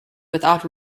without